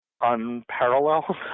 unparalleled